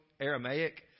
Aramaic